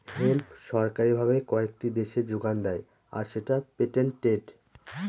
hemp সরকারি ভাবে কয়েকটি দেশে যোগান দেয় আর সেটা পেটেন্টেড